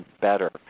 better